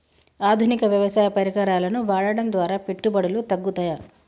ఆధునిక వ్యవసాయ పరికరాలను వాడటం ద్వారా పెట్టుబడులు తగ్గుతయ?